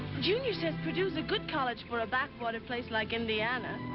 junior says purdue's a good college for a backwater place like indiana.